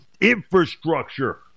infrastructure